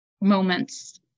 moments